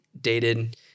dated